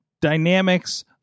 Dynamics